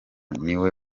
niwe